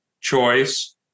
choice